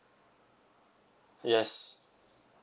yes